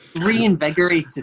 Reinvigorated